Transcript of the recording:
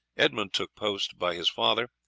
edmund took post by his father,